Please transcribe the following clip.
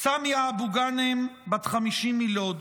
סאמיה אבו גאנם, בת 50, מלוד,